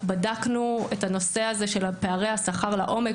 בדקנו את הנושא הזה של פערי השכר לעומק,